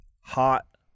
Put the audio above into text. hot